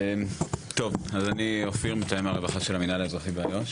טוב אז אני אופיר מתאם הרווחה של המינהל האזרחי באיו"ש.